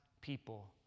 people